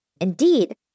Indeed